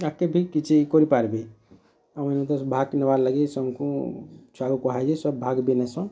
ଆଗକେ ବି କିଛି କରିପାରବେ ଭାଗକେ ନବାର୍ ଲାଗି ଛୁଆମାନଙ୍କୁ ଛୁଆକୁ ସବ୍ କହସନ୍ ଭାଗ୍ ନେବାକୁ